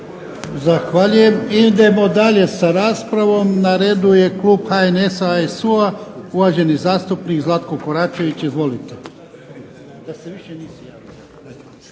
Zahvaljujem. Idemo dalje sa raspravom, na redu je Klub HNS-a HSU-a uvaženi zastupnik Zlatko KOračević. Izvolite.